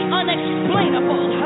unexplainable